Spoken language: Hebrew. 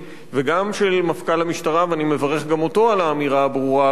וגם של מפכ"ל המשטרה ואני מברך גם אותו על האמירה הברורה הזאת,